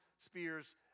spears